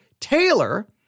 Taylor